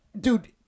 dude